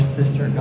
sister